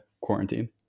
quarantine